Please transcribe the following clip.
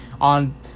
on